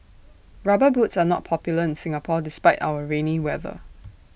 rubber boots are not popular in Singapore despite our rainy weather